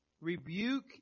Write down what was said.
rebuke